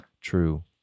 True